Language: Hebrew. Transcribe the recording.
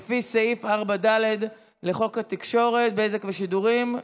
לפי סעיף 4ד לחוק התקשורת (בזק ושידורים),